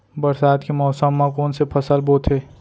बरसात के मौसम मा कोन से फसल बोथे?